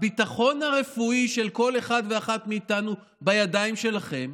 הביטחון הרפואי של כל אחד ואחת מאיתנו בידיים שלכם,